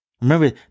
Remember